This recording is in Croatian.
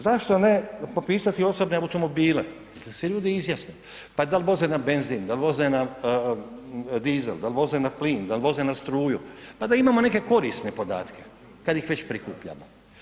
Zašto ne popisati osobne automobile da se ljudi izjasne, pa dal voze na benzin, dal voze na dizel, dal voze na plin, dal voze na struju pa da imamo neke korisne podatke kada ih već prikupljamo?